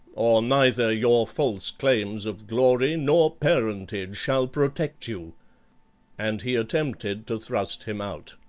or neither your false claims of glory nor parentage shall protect you and he attempted to thrust him out.